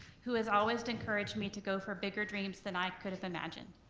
who has always encouraged me to go for bigger dreams than i could've imagined.